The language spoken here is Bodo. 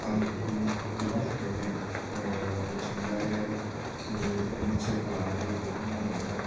आं बिनि बिनि थाखायनो मिथिंगायारिनि नेसारफोरखौ लानानैबो लिरनो मोजां मोनो